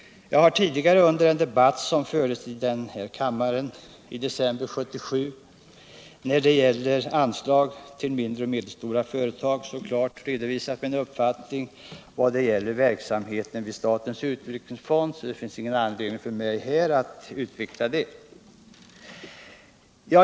I den debatt vi hade i kammaren i december månad 1977 angående anslagen till de mindre och medelstora företagen redovisade jag så klart min uppfattning om verksamheten vid statens utvecklingsfond att det nu inte finns någon anledning för mig att ytterligare tala om detta.